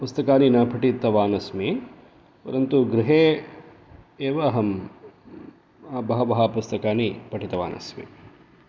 पुस्तकानि न पठितवान् अस्मि परन्तु गृहे एव अहं बहु पुस्तकानि पठितवान् अस्मि